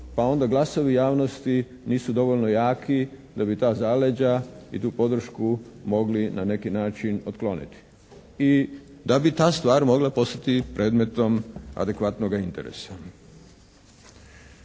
pa onda glasovi javnosti nisu dovoljno jaki da bi ta zaleđa i tu podršku mogli na neki način otkloniti i da bi ta stvar mogla postati predmetom adekvatnoga interesa.